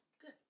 good